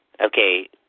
Okay